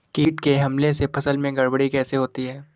कीट के हमले से फसल में गड़बड़ी कैसे होती है?